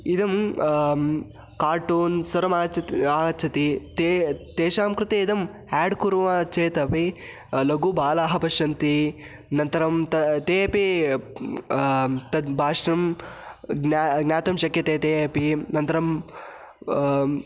इदं कार्टून्स् सर्वमागच्छति आगच्छति ते तेषां कृते इदम् आड् कुर्मः चेदपि लघुबालाः पश्यन्ति अनन्तरं तु ते अपि तत् भाषणं ज्ञातुं शक्यते ते अपि अनन्तरं